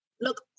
Look